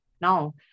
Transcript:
no